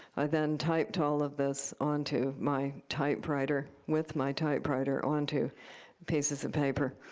i then typed all of this onto my typewriter with my typewriter onto pieces of paper.